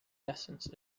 essence